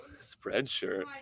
Spreadshirt